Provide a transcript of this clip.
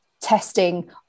testing